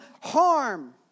harm